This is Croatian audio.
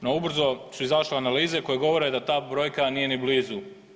No ubrzo su izašle analize koje govore da ta brojka nije ni blizu.